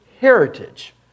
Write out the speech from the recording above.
heritage